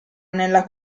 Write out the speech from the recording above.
nella